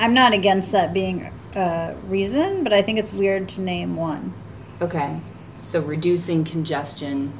i'm not against that being a reason but i think it's weird to name one ok so reducing congestion